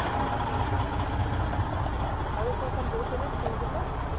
এনেকে আৰু ক'ৰবাত গৈছেনে ফুৰিবলৈ